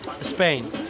Spain